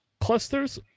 clusters